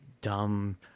dumb